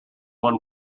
one